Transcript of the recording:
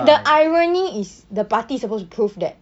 the irony is the party is supposed to prove that